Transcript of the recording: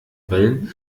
wellen